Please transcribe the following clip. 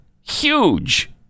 huge